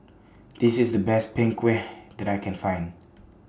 This IS The Best Png Kueh that I Can Find